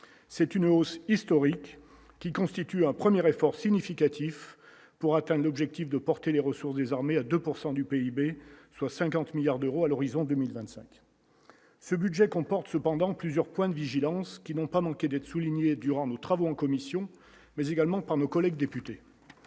c'est une hausse historique qui constitue un premier efforts significatifs pour atteint l'objectif de porter les ressources désormais à 2 pourcent du PIB, soit 50 milliards d'euros à l'horizon 2025, ce budget comporte cependant plusieurs points de vigilance qui n'ont pas manqué de souligner durant nos travaux en commission mais également par nos collègues députés,